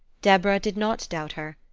deborah did not doubt her.